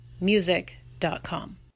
music.com